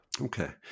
okay